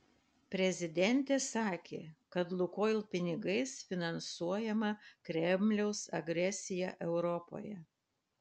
prezidentė sakė kad lukoil pinigais finansuojama kremliaus agresija europoje